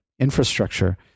infrastructure